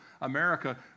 America